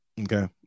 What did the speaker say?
Okay